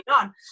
on